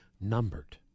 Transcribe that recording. numbered